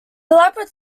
elaborate